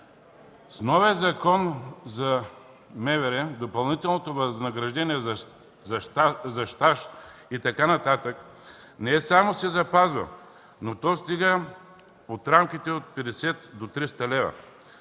С новия Закон за МВР допълнителното възнаграждение за стаж и така нататък не само се запазва, но стига в рамките от 50 до 300 лв.